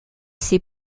ses